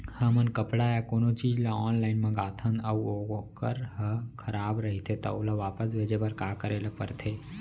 हमन कपड़ा या कोनो चीज ल ऑनलाइन मँगाथन अऊ वोकर ह खराब रहिये ता ओला वापस भेजे बर का करे ल पढ़थे?